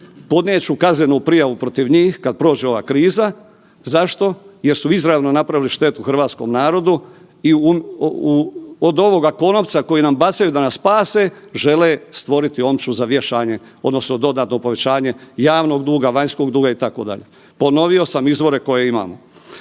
podnijet ću kaznenu prijavu protiv njih kad prođe ova kriza. Zašto? Jer su izravno napravili štetu hrvatskom narodu i od ovoga konopca koji nam bacaju da nas spase žele stvoriti omču za vješanje odnosno dodatno povećanje javnog duga, vanjskog duga, itd. Ponovio sam izvore koje imamo.